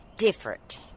Different